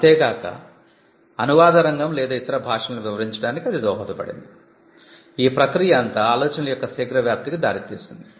అంతే కాక అనువాద రంగం లేదా ఇతర భాషలను వివరించడానికి అది దోహదపడింది ఈ ప్రక్రియ అంతా ఆలోచనల యొక్క శీఘ్ర వ్యాప్తికి దారితీసింది